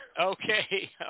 Okay